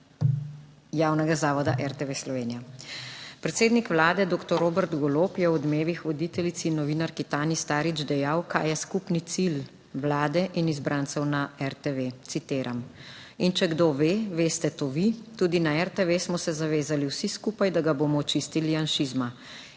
javnega zavoda RTV Slovenija. Predsednik Vlade doktor Robert Golob je v Odmevih voditeljici in novinarki Tanji Starič dejal kaj je skupni cilj vlade in izbrancev na RTV. Citiram: "In če kdo ve, veste to vi, tudi na RTV smo se zavezali vsi skupaj, da ga bomo čistili janšizma.